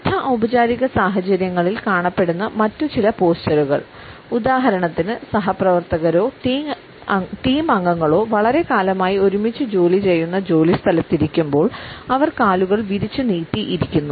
അർദ്ധ ഔപചാരിക സാഹചര്യങ്ങളിൽ കാണപ്പെടുന്ന മറ്റ് ചില പോസ്ചറുകൾ ഉദാഹരണത്തിന് സഹപ്രവർത്തകരോ ടീം അംഗങ്ങളോ വളരെക്കാലമായി ഒരുമിച്ച് ജോലി ചെയ്യുന്ന ജോലിസ്ഥലത്ത് ഇരിക്കുമ്പോൾ അവർ കാലുകൾ വിരിച്ച് നീട്ടി ഇരിക്കുന്നു